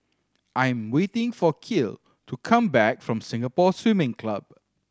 I'm waiting for Kiel to come back from Singapore Swimming Club